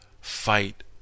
fight